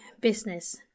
business